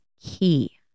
key